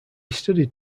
studied